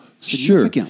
Sure